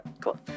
Cool